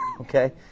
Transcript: Okay